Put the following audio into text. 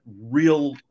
real